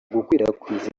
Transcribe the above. gukwirakwiza